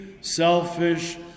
selfish